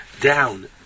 down